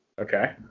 Okay